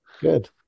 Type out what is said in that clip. good